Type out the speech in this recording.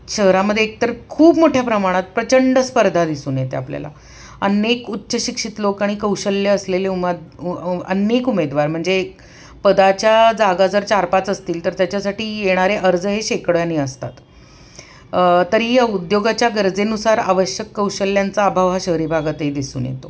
शहरामध्ये एक तर खूप मोठ्या प्रमाणात प्रचंड स्पर्धा दिसून येते आपल्याला अनेक उच्च शिक्षित लोक आणि कौशल्य असलेले उमद अनेक उमेदवार म्हणजे पदाच्या जागा जर चार पाच असतील तर त्याच्यासाठी येणारे अर्ज हे शेकड्याने असतात तरी उद्योगाच्या गरजेनुसार आवश्यक कौशल्यांचा अभाव हा शहरी भागातही दिसून येतो